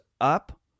up